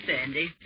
Sandy